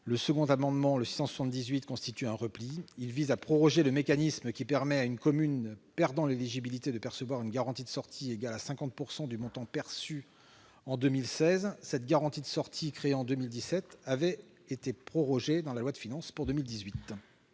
est un amendement de repli : il tend à proroger le mécanisme permettant à une commune perdant l'éligibilité de percevoir une garantie de sortie égale à 50 % du montant perçu en 2016. Cette garantie de sortie, créée en 2017, a été prorogée dans la loi de finances pour 2018.